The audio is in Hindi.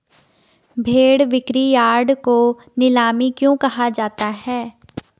भेड़ बिक्रीयार्ड को नीलामी क्यों कहा जाता है?